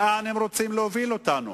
לאן הם רוצים להוביל אותנו?